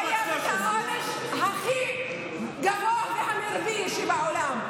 חייב את העונש הכי גבוה והמרבי בעולם,